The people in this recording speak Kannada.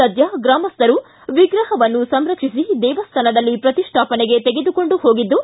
ಸದ್ಯ ಗ್ರಾಮಸ್ಥರು ವಿಗ್ರಹವನ್ನು ಸಂರಕ್ಷಿಸಿ ದೇವಸ್ಥಾನದಲ್ಲಿ ಪ್ರತಿಷ್ಟಾಪನೆಗೆ ತೆಗೆದುಕೊಂಡು ಹೋಗಿದ್ದು